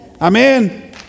Amen